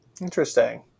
Interesting